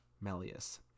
Melius